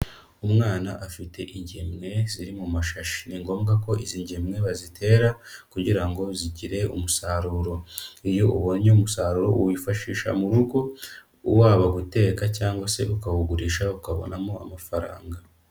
Umwana afite ingemwe ziri mu mashashi. Ni ngombwa ko izi ngemwe bazitera kugira ngo zigire umusaruro. Iyo ubonye umusaruro uwifashisha mu rugo, waba guteka cyangwa se ukawugurisha, ukabonamo amafaranga.